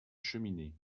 cheminée